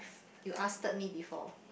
you ask third me before